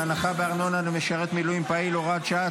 תגמולים למשרתים במילואים) (הוראת שעה,